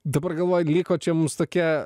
dabar galvoju liko čia mums tokia